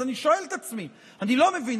אז אני שואל את עצמי: אני לא מבין,